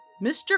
Mr